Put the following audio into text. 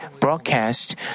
broadcast